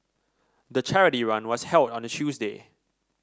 the charity run was held on a Tuesday